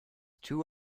two